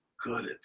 good